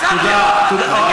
תוציא אותו.